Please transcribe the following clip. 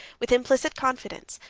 with implicit confidence,